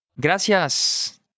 Gracias